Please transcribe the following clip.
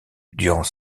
durant